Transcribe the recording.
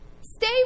Stay